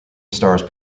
stars